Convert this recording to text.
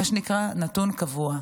מה שנקרא נתון קבוע.